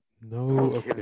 No